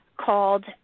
called